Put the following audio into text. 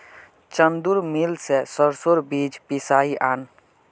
चंदूर मिल स सरसोर बीज पिसवइ आन